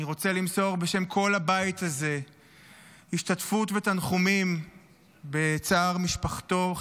אני רוצה למסור בשם כל הבית הזה השתתפות ותנחומים בצער משפחתו,